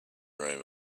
room